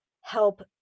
help